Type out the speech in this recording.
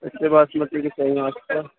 اس سے باسمتی کے چاہیے آپ کا